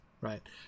Right